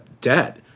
debt